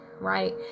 right